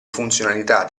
funzionalità